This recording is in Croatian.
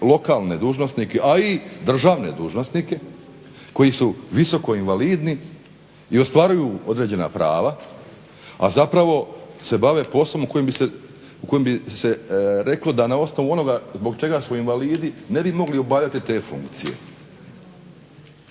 lokalne dužnosnike, a i državne dužnosnike koji su visoko invalidni i ostvaruju određena prava, a zapravo se bave poslom u kojem bi se reklo da na osnovu onoga zbog čega su invalidi ne bi mogli obavljati te funkcije.